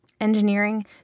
engineering